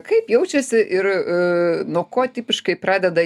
kaip jaučiasi ir nuo ko tipiškai pradeda